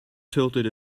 tilted